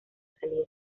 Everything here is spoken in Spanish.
salir